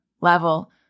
level